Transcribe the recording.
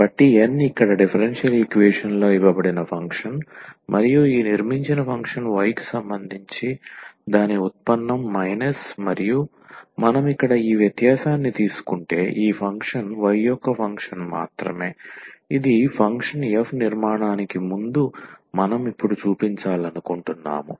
కాబట్టి N ఇక్కడ differential equation లో ఇవ్వబడిన ఫంక్షన్ మరియు ఈ నిర్మించిన ఫంక్షన్ y కు సంబంధించి దాని ఉత్పన్నం మైనస్ మరియు మనం ఇక్కడ ఈ వ్యత్యాసాన్ని తీసుకుంటే ఈ ఫంక్షన్ y యొక్క ఫంక్షన్ మాత్రమే ఇది ఫంక్షన్ f నిర్మాణానికి ముందు మనం ఇప్పుడు చూపించాలనుకుంటున్నాము